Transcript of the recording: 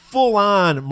full-on